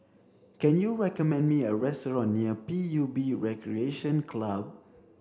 can you recommend me a restaurant near P U B Recreation Club